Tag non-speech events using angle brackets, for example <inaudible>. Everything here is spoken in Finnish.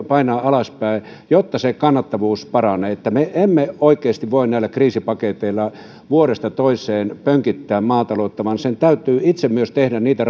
painaa alaspäin jotta kannattavuus paranee me emme oikeasti voi näillä kriisipaketeilla vuodesta toiseen pönkittää maataloutta vaan sen täytyy myös itse tehdä niitä <unintelligible>